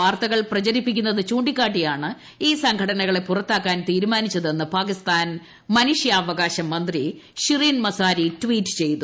വാർത്തകൾ തെറ്റായ പ്രചരിപ്പിക്കുന്നത് ചൂണ്ടിക്കാട്ടിയാണ് ഈ സംഘടനകളെ പുറത്താക്കാൻ തീരുമാനിച്ചതെന്ന് പാകിസ്ഥാൻ മനുഷ്യാവകാശ മന്ത്രി ഷിറിൻ മസാരി ട്വീറ്റ് ചെയ്തു